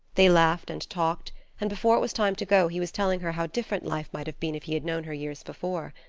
they laughed and talked and before it was time to go he was telling her how different life might have been if he had known her years before.